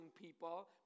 people